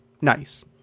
Nice